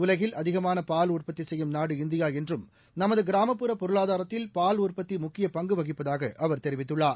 உலகில் அதிகமாளபால் உற்பத்திசெய்யும் நாடு இந்தியாஎன்றும் நமதுகிராமப்புற பொருளாதாரத்தில் பால் உற்பத்திமுக்கியபங்குவகிப்பதாகஅவர் தெரிவித்துள்ளார்